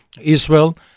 Israel